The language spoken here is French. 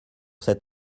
sept